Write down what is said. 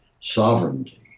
sovereignty